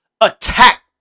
attack